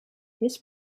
his